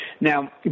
Now